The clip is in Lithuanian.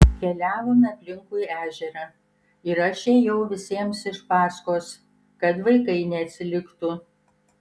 keliavome aplinkui ežerą ir aš ėjau visiems iš paskos kad vaikai neatsiliktų